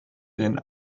den